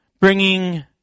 bringing